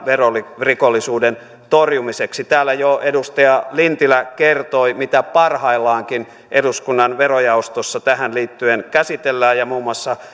verorikollisuuden torjumiseksi täällä jo edustaja lintilä kertoi mitä parhaillaankin eduskunnan verojaostossa tähän liittyen käsitellään ja muun muassa